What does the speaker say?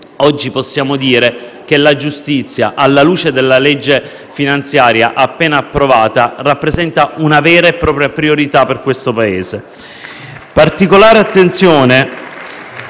Oggi possiamo dire che la giustizia, alla luce della legge di bilancio appena approvata, rappresenta una vera e propria priorità per questo Paese.